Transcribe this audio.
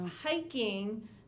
hiking